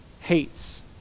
hates